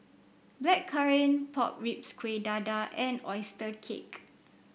Blackcurrant Pork Ribs Kueh Dadar and oyster cake